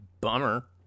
Bummer